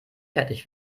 fertig